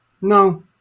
no